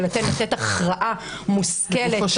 ולתת הכרעה מושכלת,